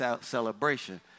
celebration